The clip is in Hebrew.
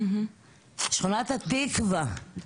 שכונת התקווה,